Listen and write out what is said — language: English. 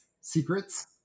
secrets